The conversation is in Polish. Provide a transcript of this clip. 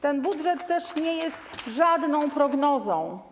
Ten budżet też nie jest żadną prognozą.